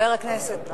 חבר הכנסת.